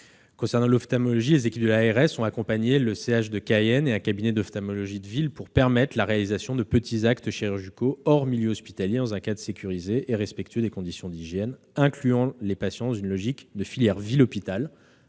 matière d'ophtalmologie, les équipes de l'ARS ont accompagné le centre hospitalier de Cayenne et un cabinet d'ophtalmologie de ville pour permettre la réalisation de petits actes chirurgicaux hors milieu hospitalier dans un cadre sécurisé et respectueux des conditions d'hygiène, incluant les patients dans une logique de filière ville-hôpital